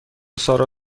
سارا